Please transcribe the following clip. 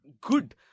good